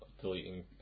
deleting